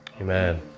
Amen